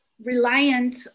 reliant